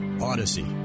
odyssey